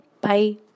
Bye